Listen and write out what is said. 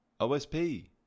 OSP